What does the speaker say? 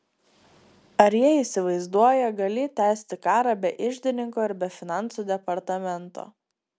ar jie įsivaizduoją galį tęsti karą be iždininko ir be finansų departamento